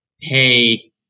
Hey